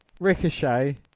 Ricochet